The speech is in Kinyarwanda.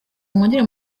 mwongere